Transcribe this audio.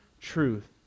truth